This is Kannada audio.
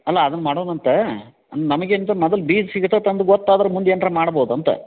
ಅಲ್ಲ ಅದನ್ನ ಮಾಡೋಣಂತ ನಮಗಿಂತ ಮೊದ್ಲು ಬೀಜ ಸಿಗತತಂದು ಗೊತ್ತಾದ್ರೆ ಮುಂದೆ ಏನರ ಮಾಡ್ಬೋದು ಅಂತ